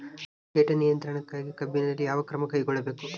ಕೇಟ ನಿಯಂತ್ರಣಕ್ಕಾಗಿ ಕಬ್ಬಿನಲ್ಲಿ ಯಾವ ಕ್ರಮ ಕೈಗೊಳ್ಳಬೇಕು?